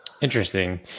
Interesting